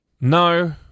No